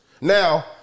Now